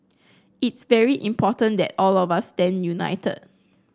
it's very important that all of us stand united